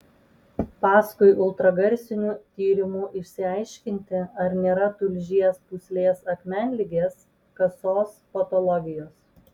paskui ultragarsiniu tyrimu išsiaiškinti ar nėra tulžies pūslės akmenligės kasos patologijos